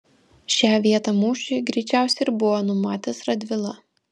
šią vietą mūšiui greičiausiai ir buvo numatęs radvila